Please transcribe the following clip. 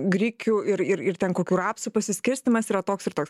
grikių ir ir ir ten kokių rapsų pasiskirstymas yra toks ir toks